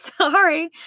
Sorry